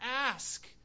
ask